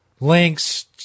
Links